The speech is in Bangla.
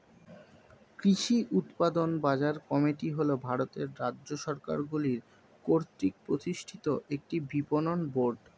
কৃষি উৎপাদন বাজার কমিটি হল ভারতের রাজ্য সরকারগুলি কর্তৃক প্রতিষ্ঠিত একটি বিপণন বোর্ড